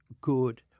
good